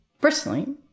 Personally